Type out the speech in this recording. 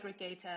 aggregator